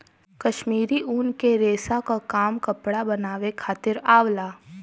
कश्मीरी ऊन के रेसा क काम कपड़ा बनावे खातिर आवला